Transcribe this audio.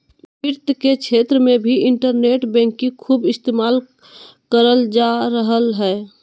वित्त के क्षेत्र मे भी इन्टरनेट बैंकिंग खूब इस्तेमाल करल जा रहलय हें